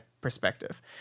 perspective